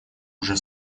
уже